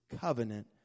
covenant